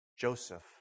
Joseph